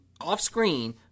off-screen